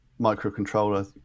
microcontroller